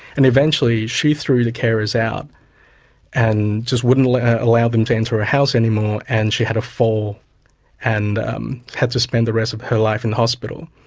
and eventually she threw the carers out and just wouldn't like allow them to enter her house anymore and she had a fall and um had to spend the rest of her life in hospital.